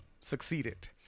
Succeeded